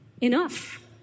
enough